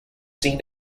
seen